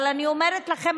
אבל אני אומר לכם,